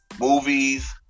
movies